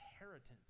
inheritance